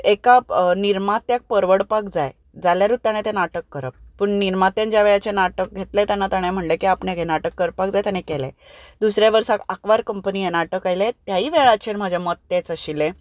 एका निर्मात्याक परवडपाक जाय जाल्यारूच ताणें तें नाटक करप पूण निर्मात्यान ज्या वेळार तें नाटक घेतलें तेन्ना ताणें म्हणलें की आपणाक हें नाटक करपाक जाय ताणें केलें दुसऱ्या वर्साक आंकवार कंपनी हें नाटक आयलें त्याय वेळाचेर म्हजें मत तेंच आशिल्लें